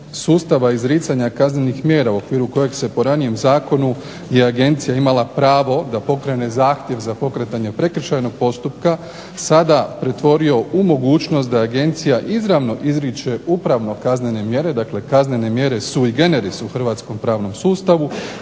sustava izricanja kaznenih mjera u okviru kojih se po ranijem zakonu i Agencija imala pravo da pokrene zahtjev za pokretanjem prekršajnog postupka sada pretvorio u mogućnost da agencija izravno izriče upravno kaznene mjere, dakle kaznene mjere sui generis u hrvatskom pravnom sustavu,